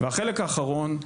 והחלק האחרון,